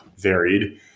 varied